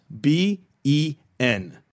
B-E-N